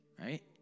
Right